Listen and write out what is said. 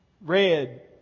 red